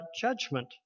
judgment